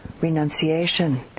renunciation